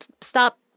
stop